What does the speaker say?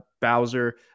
Bowser